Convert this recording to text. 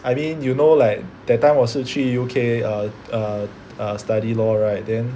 I mean you know like that time 我是去 U_K uh err study law right then